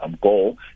goal